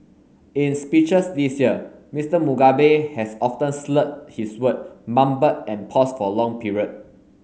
in speeches this year Mister Mugabe has often slurred his word mumbled and paused for long period